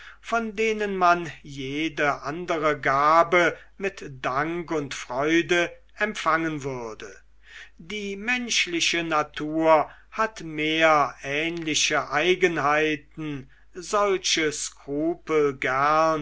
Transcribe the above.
von denen man jede andere gabe mit dank und freude empfangen würde die menschliche natur hat mehr ähnliche eigenschaften solche skrupel gern